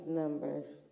numbers